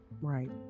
Right